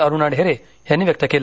अरुणा ढेरे यांनी व्यक्त केलं